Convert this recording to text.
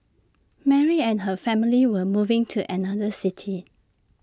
Mary and her family were moving to another city